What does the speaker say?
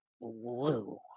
blue